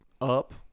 up